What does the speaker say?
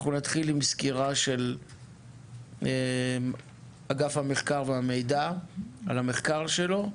אנחנו נתחיל עם סקירה של אגף המחקר והמידע על המחקר שלו,